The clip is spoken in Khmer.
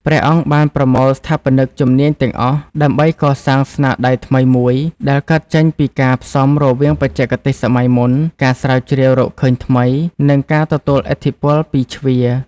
ព្រះអង្គបានប្រមូលស្ថាបនិកជំនាញទាំងអស់ ដើម្បីកសាងស្នាដៃថ្មីមួយ ដែលកើតចេញពីការផ្សំរវាងបច្ចេកទេសសម័យមុន ការស្រាវជ្រាវរកឃើញថ្មី និងការទទួលឥទ្ធិពលពីជ្វា។